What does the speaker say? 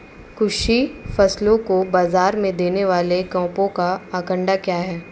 कृषि फसलों को बाज़ार में देने वाले कैंपों का आंकड़ा क्या है?